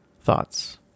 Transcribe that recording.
thoughts